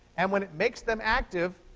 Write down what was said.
and when it makes them active,